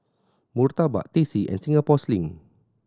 murtabak Teh C and Singapore Sling